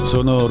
Sono